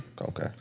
Okay